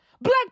Black